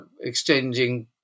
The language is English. exchanging